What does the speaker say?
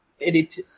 edit